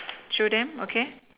show them okay